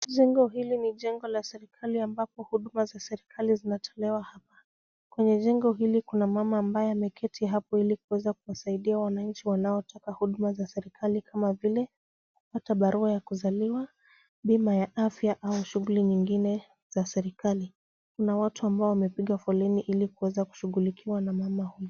Jengo hili ni jengo la serikali ambapo huduma za serikali zinatolewa hapa. Kwenye jengo hili kuna mama ambaye ameketi hapo ili kuweza kusaidia wananchi wanaotaka huduma za serikali kama vile kupata barua ya kuzaliwa, bima ya afya au shughuli nyingine za serikali. Kuna watu ambao wamepiga foleni ili kuweza kushughulikiwa na mama huyu.